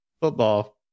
football